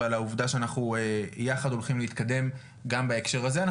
ועל העובדה שאנחנו יחד הולכים להתקדם גם בנושא הזה.